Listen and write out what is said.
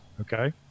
Okay